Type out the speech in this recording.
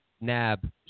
nab